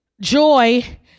Joy